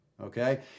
okay